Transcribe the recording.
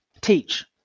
teach